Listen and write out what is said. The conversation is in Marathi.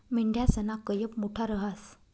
मेंढयासना कयप मोठा रहास